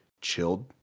chilled